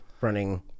running